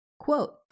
Quote